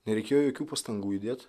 nereikėjo jokių pastangų įdėt